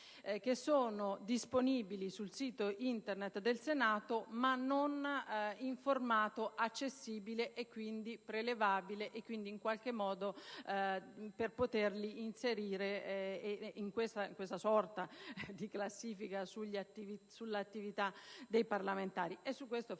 che sono disponibili sul sito Internet del Senato, ma non in formato accessibile e quindi prelevabile; quindi non possono essere inseriti in questa sorta di classifica dell'attività dei parlamentari. Tra l'altro,